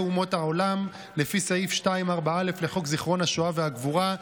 אומות העולם לפי סעיף 2(4א) לחוק זיכרון השואה והגבורה,